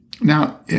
Now